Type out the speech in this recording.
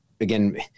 again